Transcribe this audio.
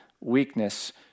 weakness